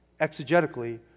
exegetically